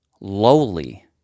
lowly